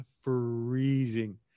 freezing